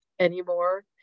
anymore